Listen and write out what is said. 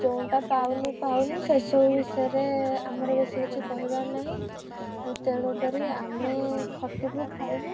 ଯେଉଁଟା ପାଉନୁ ପାଉନୁ ସେସବୁ ବିଷୟରେ ଆମର ବେଶୀ କିଛି କହିବାର ନାହିଁ ତେଣୁକରି ଆମେ ଖଟିବୁ ଖାଇବୁ